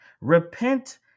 Repent